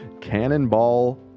Cannonball